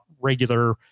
regular